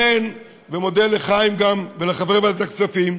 אני מודה גם לחיים ולחברים בוועדת הכספים.